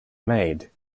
made